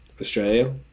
Australia